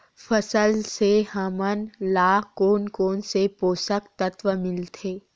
फसल से हमन ला कोन कोन से पोषक तत्व मिलथे?